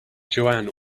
joanne